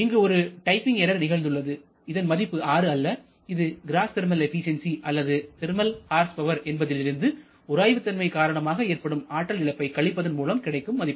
இங்கு ஒரு typing error நிகழ்ந்துள்ளது இதன் மதிப்பு 6 அல்ல இது கிராஸ் தெர்மல் எபிசென்சி அல்லது தெர்மல் ஹார்ஸ் பவர் என்பதிலிருந்து உராய்வு தன்மை காரணமாக ஏற்படும் ஆற்றல் இழப்பை கழிப்பதன் மூலம் கிடைக்கும் மதிப்பு